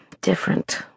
different